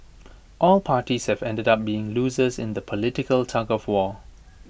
all parties have ended up being losers in the political tug of war